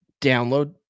download